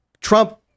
Trump